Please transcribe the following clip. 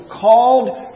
called